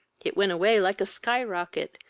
it went away like a sky-rocket,